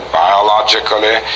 biologically